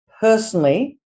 personally